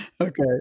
okay